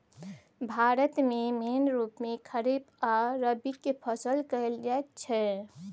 भारत मे मेन रुप मे खरीफ आ रबीक फसल कएल जाइत छै